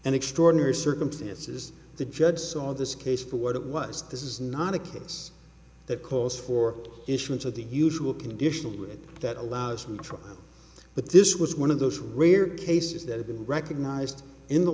and extraordinary circumstances the judge saw this case for what it was this is not a case that calls for issuance of the usual conditional way that allows an interim but this was one of those rare cases that had been recognized in the